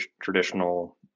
traditional